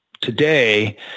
today